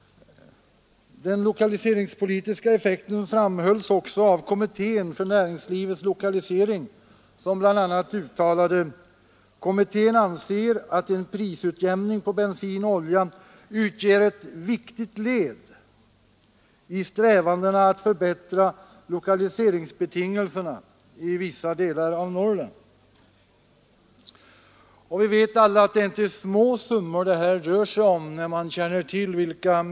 Den lokaliseringspolitiska effekten framhölls också av kommittén för näringslivets lokalisering som bl.a. uttalade: Kommittén anser att en prisutjämning på bensin och olja utgör ett viktigt led i strävandena att förbättra lokaliseringsbetingelserna i vissa delar av Norrland. Vi vet alla att det inte rör sig om små summor.